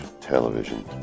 television